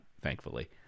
thankfully